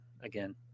Again